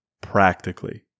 practically